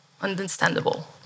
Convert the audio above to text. understandable